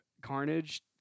Carnage